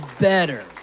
better